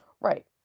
Right